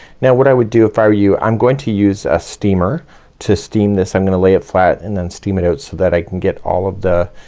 now what i would do if i were you i'm going to use a steamer to steam this. i'm gonna lay it flat and then steam it out so that i can get all of the